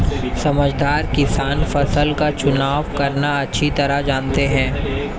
समझदार किसान फसल का चुनाव करना अच्छी तरह जानते हैं